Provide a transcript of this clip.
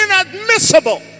inadmissible